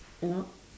you know